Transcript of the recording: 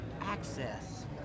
access